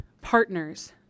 partners